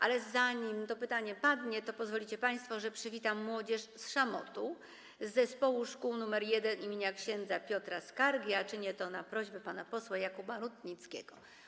Ale zanim to pytanie padnie, to pozwolicie państwo, że przywitam młodzież z Zespołu Szkół nr 1 im. ks. Piotra Skargi w Szamotułach, a czynię to na prośbę pana posła Jakuba Rutnickiego.